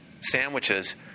sandwiches